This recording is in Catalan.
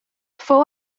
fou